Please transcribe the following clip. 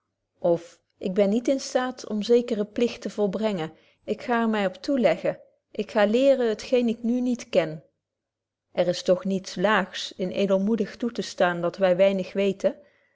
of ik ben niet in staat om zekeren pligt te volbrengen ik ga er my op toeleggen ik ga leren t geen ik nu niet ken er is toch niets laags in edelmoedig toe te staan dat wy weinig weten